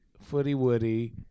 footy-woody